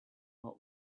what